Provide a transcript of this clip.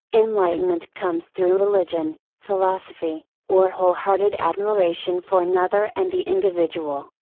enlightenment comes through religion, philosophy, or wholehearted admiration for another and the individual,